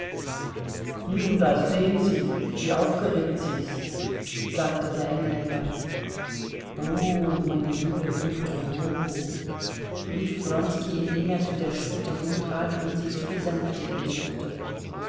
nun da sehen sie wie aufgeregt sie ist sagte der engländer o meine liebe gute o rief wronski indem er zu der stute hintrat und sie zu besänftigen suchte